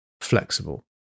flexible